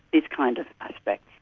these kind of aspects.